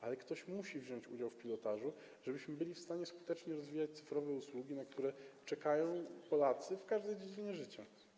Ale ktoś musi wziąć udział w pilotażu, żebyśmy byli w stanie skutecznie rozwijać cyfrowe usługi, na które czekają Polacy w każdej dziedzinie życia.